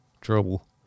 trouble